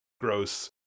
gross